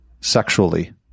sexually